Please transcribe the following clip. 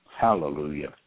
Hallelujah